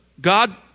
God